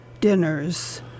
dinners